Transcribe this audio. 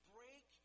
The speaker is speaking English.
Break